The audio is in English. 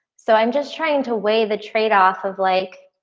so i'm just trying to weigh the trade-off of, like